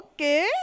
Okay